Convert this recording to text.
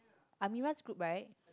Amirah's group right